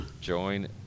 join